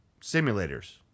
simulators